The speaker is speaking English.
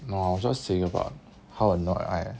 no I was just saying about how annoyed I